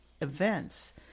events